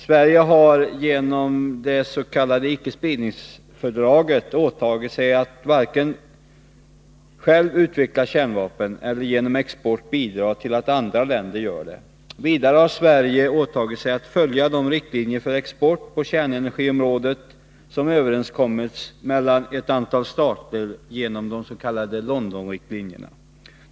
Sverige har genom det s.k. icke-spridningsfördraget åtagit sig att varken självt utveckla kärnvapen eller genom export bidra till att andra länder gör det. Vidare har Sverige åtagit sig att följa de riktlinjer för export på kärnenergiområdet som överenskommits mellan ett antal stater genom de s.k. Londonriktlinjerna.